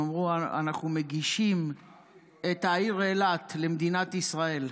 הם אמרו: אנחנו מגישים את העיר אילת למדינת ישראל.